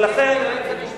וגם של היועץ המשפטי.